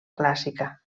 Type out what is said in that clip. clàssica